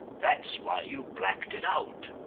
that's why you blacked it out.